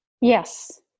Yes